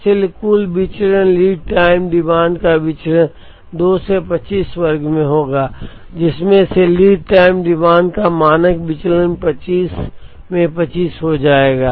इसलिए कुल विचरण लीड टाइम डिमांड का विचरण 2 से 25 वर्ग में होगा जिसमें से लीड टाइम डिमांड का मानक विचलन 25 में 25 हो जाएगा